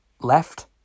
Left